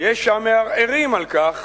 יש המערערים על כך,